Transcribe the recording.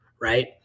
right